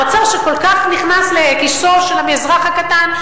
האוצר שכל כך נכנס לכיסו של האזרח הקטן,